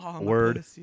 word